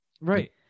Right